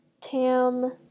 Tam